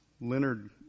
Leonard